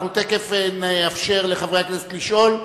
אנחנו תיכף נאפשר לחברי הכנסת לשאול,